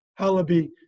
Halabi